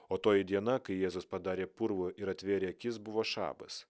o toji diena kai jėzus padarė purvo ir atvėrė akis buvo šabas